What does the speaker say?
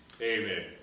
Amen